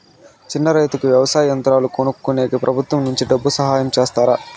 చిన్న రైతుకు వ్యవసాయ యంత్రాలు కొనుక్కునేకి ప్రభుత్వం నుంచి డబ్బు సహాయం చేస్తారా?